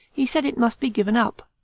he said it must be given up.